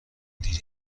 دیر